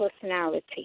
personality